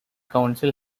council